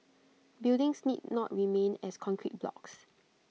buildings need not remain as concrete blocks